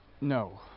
No